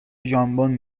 ژامبون